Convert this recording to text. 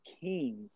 kings